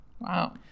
Wow